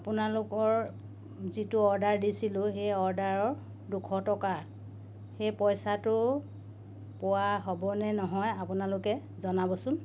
আপোনালোকৰ যিটো অৰ্ডাৰ দিছিলোঁ সেই অৰ্ডাৰৰ দুশ টকা সেই পইচাটো পোৱা হ'ব নে নহয় আপোনালোকে জনাবচোন